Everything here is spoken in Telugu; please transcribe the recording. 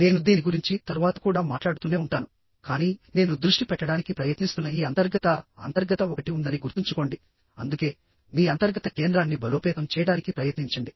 నేను దీని గురించి తరువాత కూడా మాట్లాడుతూనే ఉంటాను కానీ నేను దృష్టి పెట్టడానికి ప్రయత్నిస్తున్న ఈ అంతర్గత అంతర్గత ఒకటి ఉందని గుర్తుంచుకోండి అందుకే మీ అంతర్గత కేంద్రాన్ని బలోపేతం చేయడానికి ప్రయత్నించండి